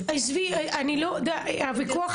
הנתון לא אומר כלום